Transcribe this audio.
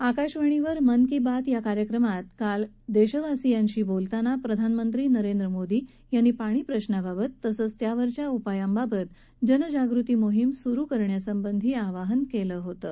काल आकाशवाणीवर मन की बात या कार्यक्रमात दक्षिप्रासीयांशी बोलताना प्रधानमंत्री नरेंद्र मोदी यांनी पाणी प्रशाबाबत तसंच त्यावरच्या उपायांबाबत जनजागृती मोहिम सुरू करण्यासंबंधी आवाहन कलि होतं